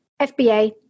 FBA